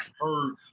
heard